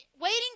waiting